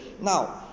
now